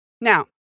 Now